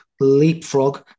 leapfrog